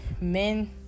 men